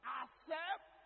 accept